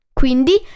quindi